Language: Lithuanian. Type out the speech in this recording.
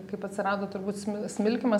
kaip atsirado turbūt smi smilkymas